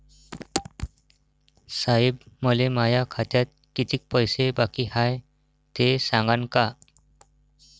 साहेब, मले माया खात्यात कितीक पैसे बाकी हाय, ते सांगान का?